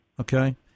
okay